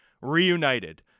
reunited